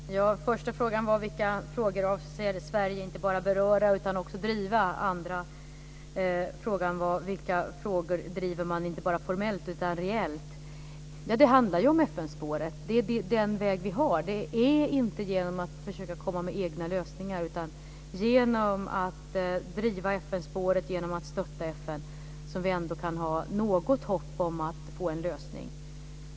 Fru talman! Den första frågan var: Vilka frågor avser Sverige att inte bara beröra utan också driva? Den andra frågan var: Vilka frågor driver man inte bara formellt utan reellt? Det handlar ju om FN-spåret. Det är den väg vi har. Det är inte genom att försöka komma med egna lösningar, utan genom att driva FN-spåret, genom att stötta FN som vi kan ha något hopp om att få en lösning.